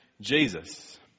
Jesus